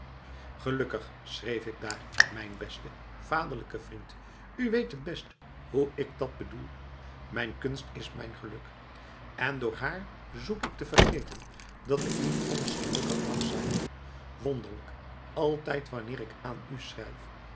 gelukkig schreef ik daar mijn beste vaderlijke vriend u weet het best hoe ik dat bedoel mijn kunst is mijn geluk en door haar zoek ik te vergeten dat ik niet anders gelukkig mag zijn wonderlijk altijd wanneer ik aan u schrijf